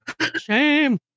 Shame